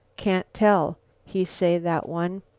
can't tell he say, that one.